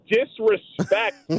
disrespect